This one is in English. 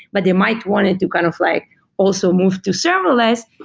but they might wanted to kind of like also move to serverless.